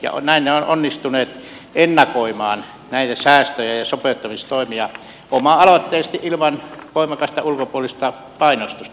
näin he ovat onnistuneet ennakoimaan näitä säästöjä ja sopeuttamistoimia oma aloitteisesti ilman voimakasta ulkopuolista painostusta